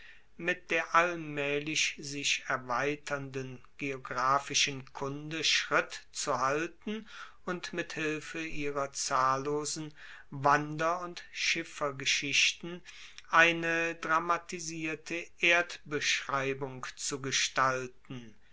mit der allmaehlich sich erweiternden geographischen kunde schritt zu halten und mit hilfe ihrer zahllosen wander und schiffergeschichten eine dramatisierte erdbeschreibung zu gestalten